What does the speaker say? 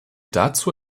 dazu